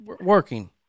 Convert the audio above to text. working